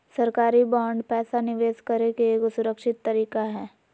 सरकारी बांड पैसा निवेश करे के एगो सुरक्षित तरीका हय